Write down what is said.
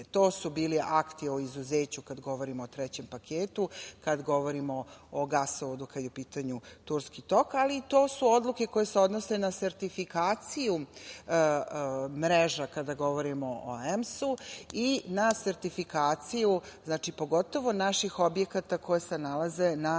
To su bili akti o izuzeću, kada govorimo o trećem paketu, kada govorimo o gasovodu kada je u pitanju Turski tok, ali i to su odluke koje se odnose na sertifikaciju mreža kada govorimo o EMS-u i na sertifikaciju pogotovo naših objekata koji se nalaze na